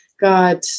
god